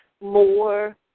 more